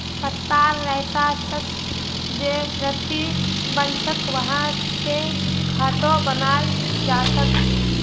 पत्तार रेशा स जे रस्सी बनछेक वहा स खाटो बनाल जाछेक